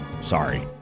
Sorry